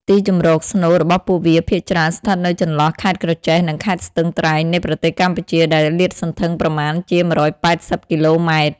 ទីជម្រកស្នូលរបស់ពួកវាភាគច្រើនស្ថិតនៅចន្លោះ ខេត្តក្រចេះ និង ខេត្តស្ទឹងត្រែង នៃប្រទេសកម្ពុជា ដែលលាតសន្ធឹងប្រមាណជា ១៨០ គីឡូម៉ែត្រ។